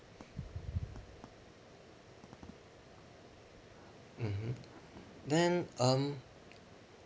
mmhmm then um